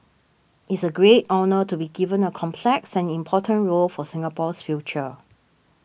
it's a great honour to be given a complex and important role for Singapore's future